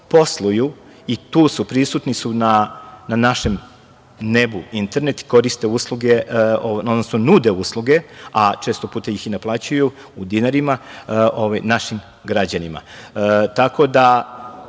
posluju i tu su prisutni na našem nebu, internet koriste usluge, odnosno nude usluge, a često puta ih i naplaćuju u dinarima našim građanima. Nismo